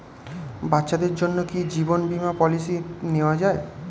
বাচ্চাদের জন্য কি জীবন বীমা পলিসি নেওয়া যায়?